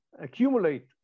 accumulate